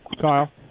Kyle